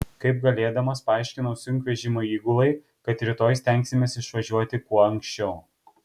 kaip galėdamas paaiškinau sunkvežimio įgulai kad rytoj stengsimės išvažiuoti kuo anksčiau